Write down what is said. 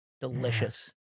Delicious